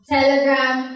Telegram